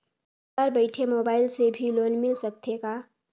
घर बइठे मोबाईल से भी लोन मिल सकथे का?